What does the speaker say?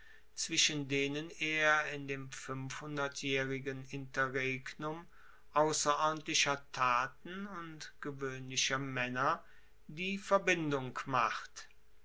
zwischen denen er in dem fuenfhundertjaehrigen interregnum ausserordentlicher taten und gewoehnlicher maenner die verbindung macht